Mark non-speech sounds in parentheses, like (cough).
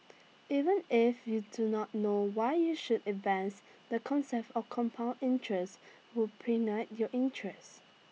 even if you do not know why you should invest the concept of compound interest would (unintelligible) your interest